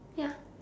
ya